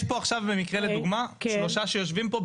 יש פה עכשיו במקרה לדוגמה שלושה שיושבים פה,